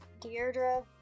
Deirdre